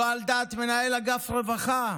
שלא על דעת מנהל אגף רווחה,